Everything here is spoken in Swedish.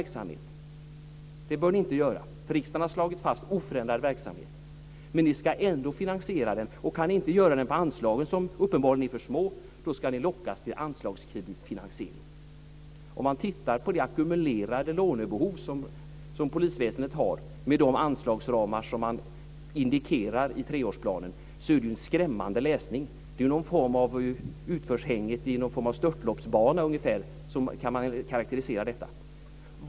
Man säger: Det bör ni inte göra, eftersom riksdagen har slagit fast att det ska vara en oförändrad verksamhet, men ni ska ändå finansiera den, och kan ni inte göra det med anslagen, som uppenbarligen är för små, ska ni lockas till anslagskreditsfinansiering. Man kan titta på det ackumulerade lånebehov som polisväsendet har med de anslagsramar som indikeras i treårsplanen. Det är ju en skrämmande läsning. Man kan karakterisera det ungefär som någon form av utförshang i en störtloppsbana.